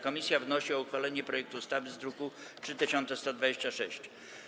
Komisja wnosi o uchwalenie projektu ustawy z druku nr 3126.